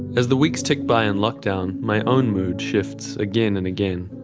as the weeks tick by in lockdown, my own mood shifts again and again.